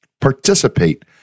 participate